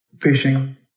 fishing